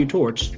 Torch